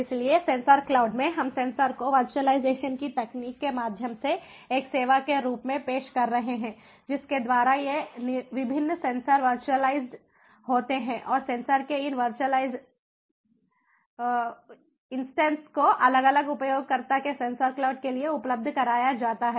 इसलिए sensor cloud में हम सेंसर को वर्चुअलाइजेशन की तकनीक के माध्यम से एक सेवा के रूप में पेश कर रहे हैं जिसके द्वारा ये विभिन्न सेंसर वर्चुअलाइज्ड होते हैं और सेंसर के इन विज़ुअलाइज़ेड इंस्टेंस को अलग अलग उपयोगकर्ता के सेंसर क्लाउड के लिए उपलब्ध कराया जाता है